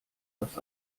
das